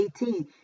18